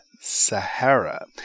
Sahara